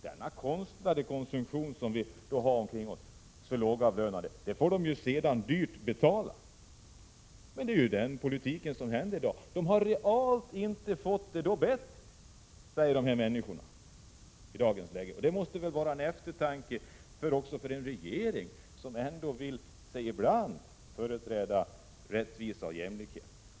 Denna konstlade konsumtion får de som lågavlönade dyrt betala — men det är den politik som förs i dag. Realt har de inte fått det bättre, säger de här människorna, och det måste väl mana till eftertanke för en regering som ändå ibland säger sig vilja företräda rättvisa och jämlikhet.